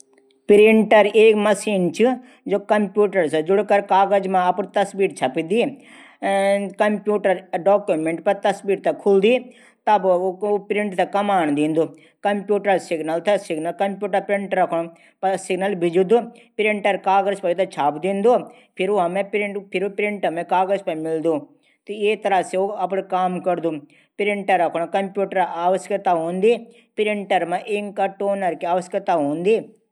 प्रिंटर एक मसीन च जू कम्प्यूटर से जुडी कागज मा तस्वीर छपदी कम्प्यूटर डाक्यूमेंट मा तस्वीर छपदी। प्रिंटर कमांड दींदू। कम्प्यूटर प्रिंटर कुने सिगनल भिजूदू। प्रिंटर कागज पर हवेथे छाप दींदू। फिर उ हमथै कागज पर मिलदू। फिर ऊ अपडू काम करदू। प्रिंट निकलनू कुन प्रिंटर जरूरत हूंदी।